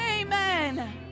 Amen